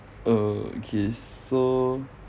err okay so